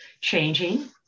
changing